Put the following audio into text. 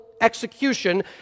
execution